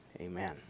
Amen